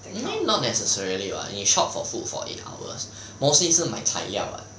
I mean not necessarily [what] 你 shop for food for eight hours mostly 是买材料 [what]